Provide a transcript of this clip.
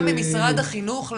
ממשרד החינוך?